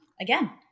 again